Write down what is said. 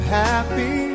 happy